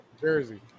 jersey